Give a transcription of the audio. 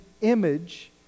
image